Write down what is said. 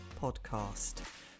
podcast